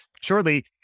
shortly